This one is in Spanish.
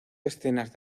escenas